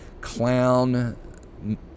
clown